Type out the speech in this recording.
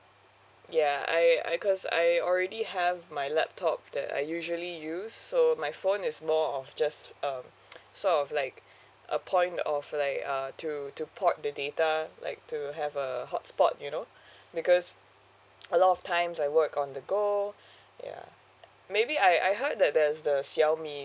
ya I I cause I already have my laptop that I usually use so my phone is more of just uh sort of like a point of like uh to to port the data like to have a hot spot you know because a lot of times I work on the go ya maybe I I heard that there's the xiaomi